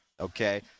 okay